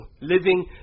living